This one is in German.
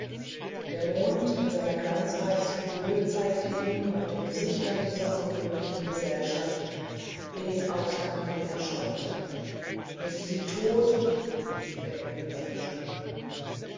der mond in seiner glanzreichesten höhe zeigte ihm auf den gesichtern dieser unglücklichen gesellschaft den ausgang den er scheute ist sie todt rief er in wilder verstörung